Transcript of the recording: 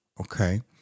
okay